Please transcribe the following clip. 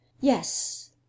yes